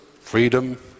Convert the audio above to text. freedom